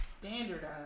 standardized